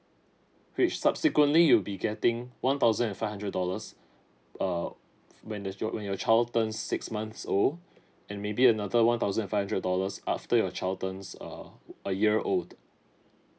which subsequently you will be getting one thousand and five hundred dollars uh when does your when your child turns six months old and maybe another one thousand and five hundred dollars after your child turns err a year old